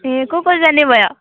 ए को को जाने भयो